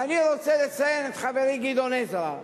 ואני רוצה לציין את חברי גדעון עזרא,